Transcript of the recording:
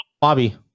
Bobby